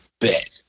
bet